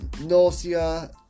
nausea